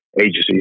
agencies